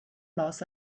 los